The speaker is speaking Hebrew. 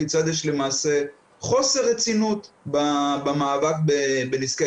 כיצד יש למעשה חוסר רצינות במאבק בנזקי